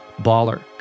baller